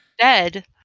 Dead